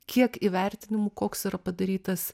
kiek įvertinimų koks yra padarytas